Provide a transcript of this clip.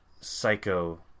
Psycho